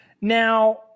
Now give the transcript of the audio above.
Now